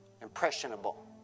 impressionable